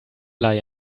lie